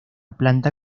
planta